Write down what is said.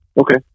Okay